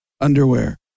underwear